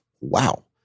wow